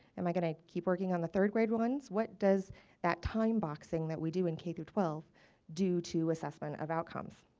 am i going to keep working on the third grade ones? what does that time boxing that we do in k to twelve do to assessment of outcomes?